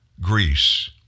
Greece